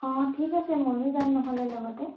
অঁ ঠিক আছে ময়ো যাম নহ'লে লগতে